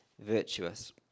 virtuous